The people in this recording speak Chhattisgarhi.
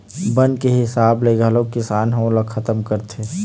बन के हिसाब ले घलोक किसान ह ओला खतम करथे